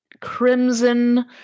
crimson